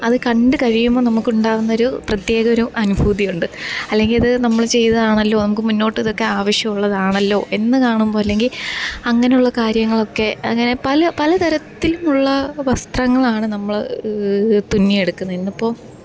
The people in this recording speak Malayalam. അത് കണ്ട് കഴിയുമ്പം നമുക്കുണ്ടാവുന്നൊരു പ്രത്യേകമൊരു അനുഭൂതിയുണ്ട് അല്ലെങ്കിലത് നമ്മൾ ചെയ്തതാണല്ലോ നമുക്ക് മുന്നോട്ടിതൊക്കെ ആവശ്യം ഉള്ളതാണല്ലോ എന്ന് കാണുമ്പം അല്ലെങ്കില് അങ്ങനുള്ള കാര്യങ്ങളൊക്കെ അങ്ങനെ പല പല തരത്തില് ഉള്ള വസ്ത്രങ്ങളാണ് നമ്മൾ തുന്നിയെടുക്കുന്നത് ഇന്നിപ്പോൾ